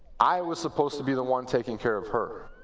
i was supposed to be the one taking care of her.